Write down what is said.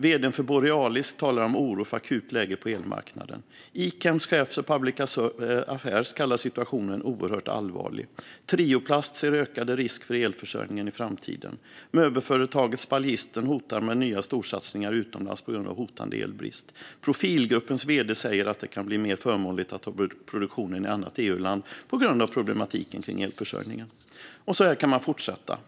Vd:n för Borealis talar om oro för ett akut läge på elmarknaden. Ikems chef för public affairs kallar situationen oerhört allvarlig. Trioplast ser ökade risker för elförsörjningen i framtiden. Möbelföretaget Spaljisten hotar med nya storsatsningar utomlands på grund av hotande elbrist. Profilgruppens vd säger att det kan bli mer förmånligt att ha produktionen i ett annat EU-land på grund av problematiken kring elförsörjningen. Så här kan man fortsätta.